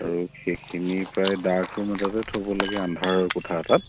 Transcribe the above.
আৰু সেইখিনি প্ৰায় ডাৰ্ক ৰুম এটাতে থ'ব লাগে আন্ধাৰ কোঠা এটাত